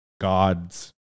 God's